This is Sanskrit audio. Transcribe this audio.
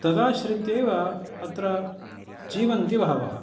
तदाश्रित्यैव अत्र जीवन्ति बहवः